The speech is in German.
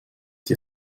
die